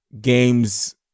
games